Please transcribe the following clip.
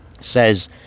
says